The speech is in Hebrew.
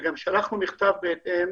וגם שלחנו מכתב בהתאם